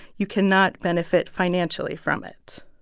you cannot benefit financially from it.